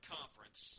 Conference